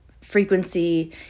frequency